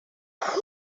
course